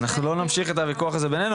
אנחנו לא נמשיך את הוויכוח הזה ביננו,